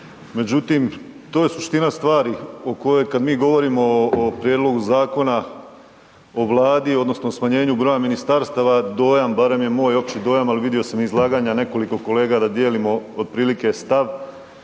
međutim, to je suština stvari o kojoj, kad mi govorimo o Prijedlogu Zakona o Vladi, odnosno o smanjenju broja ministarstava, dojam, barem je moj opći dojam, ali vidio sam izlaganja i nekoliko kolega da dijelimo otprilike stav,